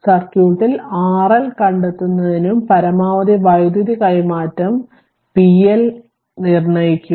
സർക്യൂട്ടിൽ RL കണ്ടെത്തുന്നതും പരമാവധി വൈദ്യുതി കൈമാറ്റം pl നിർണ്ണയിക്കുക